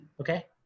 okay